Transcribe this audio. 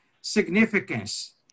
significance